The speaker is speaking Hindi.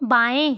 बाऐं